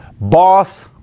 boss